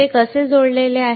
ते कसे जोडलेले आहे